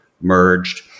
merged